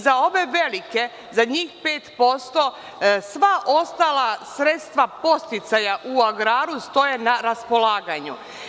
Za ove velike, za njih 5%, sva ostala sredstva podsticaja u agraru stoje na raspolaganju.